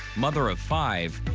mother of five,